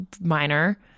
minor